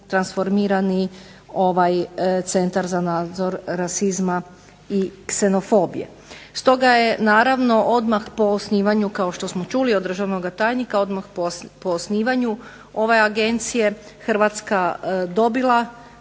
transformirani Centar za nadzor rasizma i ksenofobije. Stoga je odmah po osnivanju kao što smo čuli od državnoga tajnika, odmah po osnivanju Agencije Hrvatska dobila